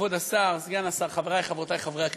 כבוד השר, סגן השר, חברי, חברותי, חברי הכנסת,